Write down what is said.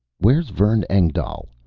where's vern engdahl?